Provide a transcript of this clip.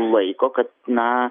laiko kad na